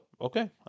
okay